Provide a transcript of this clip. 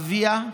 אביה,